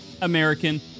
American